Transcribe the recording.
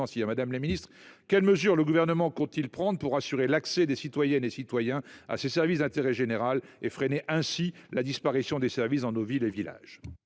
financières. Madame la ministre, quelles mesures le Gouvernement compte t il prendre pour assurer l’accès des citoyennes et citoyens à ces services d’intérêt général et freiner la disparition des services dans nos villes et villages ?